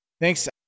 thanks